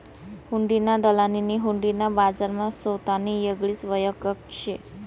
हुंडीना दलालनी हुंडी ना बजारमा सोतानी येगळीच वयख शे